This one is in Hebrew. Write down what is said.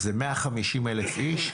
זה 150,000 איש,